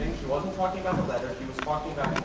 she wasn't talking about the letter, she was talking